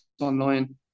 online